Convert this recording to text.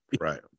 Right